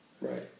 Right